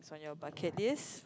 on your bucket list